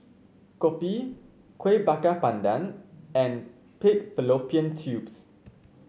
kopi Kueh Bakar Pandan and Pig Fallopian Tubes